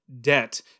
debt